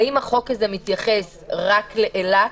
האם החוק הזה מתייחס רק לאילת,